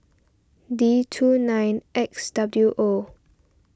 D two nine X W O